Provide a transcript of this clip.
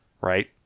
right